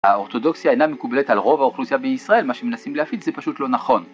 האורתודוקסיה אינה מקובלת על רוב האוכלוסייה בישראל, מה שהם מנסים להפיץ זה פשוט לא נכון.